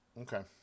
Okay